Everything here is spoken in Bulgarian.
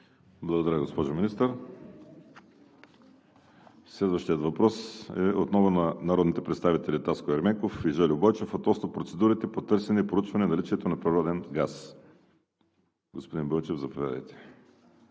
Благодаря, госпожо Министър. Следващият въпрос е отново на народните представители Таско Ерменков и Жельо Бойчев относно процедурите по търсене и проучване наличието на природен газ. Господин Бойчев, заповядайте